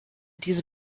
diese